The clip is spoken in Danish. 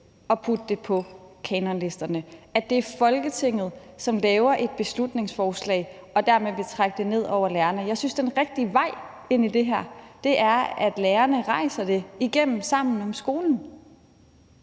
at putte det på kanonlisterne, altså at det er Folketinget, som laver et beslutningsforslag og dermed vil trække det ned over hovedet på lærerne. Jeg synes, den rigtige vej ind i det her er, at lærerne rejser det igennem Sammen om skolen.